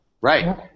Right